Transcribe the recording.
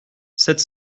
sept